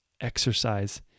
exercise